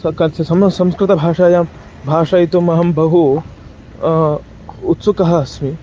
सकास सम संस्कृतभाषायां भाषयितुम् अहं बहु उत्सुकः अस्मि